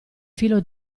filo